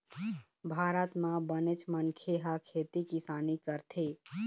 भारत म बनेच मनखे ह खेती किसानी करथे